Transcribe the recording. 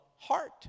heart